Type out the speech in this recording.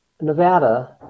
Nevada